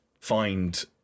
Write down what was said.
find